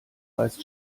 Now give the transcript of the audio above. reißt